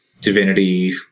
Divinity